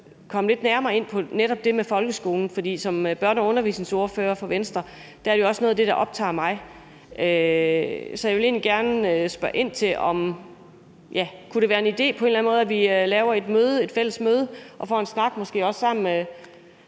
komme lidt nærmere ind på det med folkeskolen. For som børne- og undervisningsordfører for Venstre er det også noget af det, der optager mig. Så jeg vil gerne spørge ind til, om det kunne være en idé, at vi på en eller anden måde laver et fælles møde og får en snak måske også med